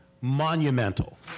monumental